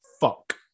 fuck